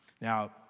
Now